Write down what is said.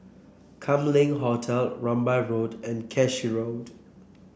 Kam Leng Hotel Rambai Road and Cashew Road